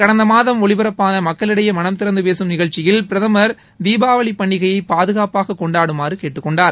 கடந்தமாதம் மாதம் ஒலிபரப்பான மக்களிடையே மனம் திறந்து பேசும் நிகழ்ச்சியில் பிரதம் தீபாவளிப் பண்டிகையை பாதுகாப்பாக கொண்டாடடுமாறு கேட்டுக் கொண்டார்